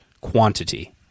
quantity